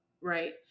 right